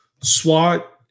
SWAT